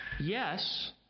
Yes